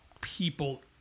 people